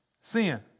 Sin